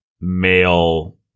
male